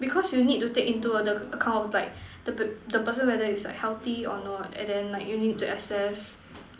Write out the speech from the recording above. because you need to take into the account like the per~ the person whether is like healthy or not and then like you need to access